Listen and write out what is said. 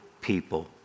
people